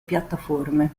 piattaforme